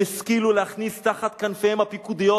הם השכילו להכניס תחת כנפיהם הפיקודיות,